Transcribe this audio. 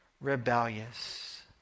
rebellious